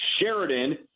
Sheridan